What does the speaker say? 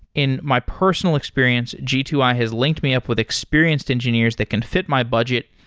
in my personal experience, g two i has linked me up with experienced engineers that can fit my budget,